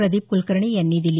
प्रदीप कुलकर्णी यांनी दिली